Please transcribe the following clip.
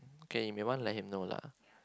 okay we want let him know lah